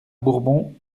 bourbon